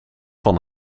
van